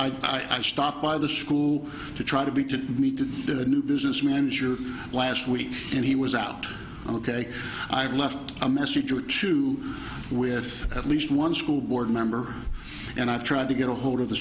i stopped by the school to try to be to me to do the new business manager last week and he was out ok i've left a message or two with at least one school board member and i tried to get a hold of the